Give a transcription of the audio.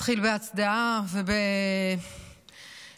אתחיל בהצדעה ובתפילה.